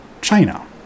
china